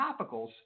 topicals